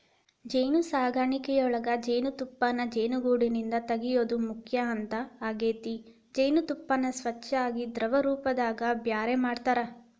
ಜೇನುಸಾಕಣಿಯೊಳಗ ಜೇನುತುಪ್ಪಾನ ಜೇನುಗೂಡಿಂದ ತಗಿಯೋದು ಮುಖ್ಯ ಹಂತ ಆಗೇತಿ ಜೇನತುಪ್ಪಾನ ಸ್ವಚ್ಯಾಗಿ ದ್ರವರೂಪದಾಗ ಬ್ಯಾರೆ ಮಾಡ್ತಾರ